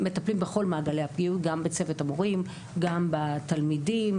מטפלים בכל המעגלים גם בצוות המורים וגם בתלמידים.